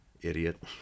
Idiot